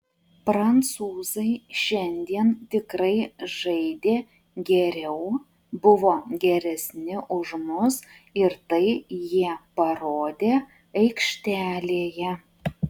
prancūzai šiandien tikrai žaidė geriau buvo geresni už mus ir tai jie parodė aikštelėje